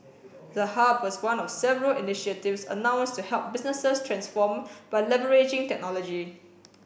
the hub was one of several initiatives announced to help businesses transform by leveraging technology